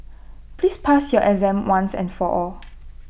please pass your exam once and for all